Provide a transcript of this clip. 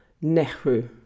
nehru